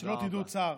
שלא תדעו עוד צער.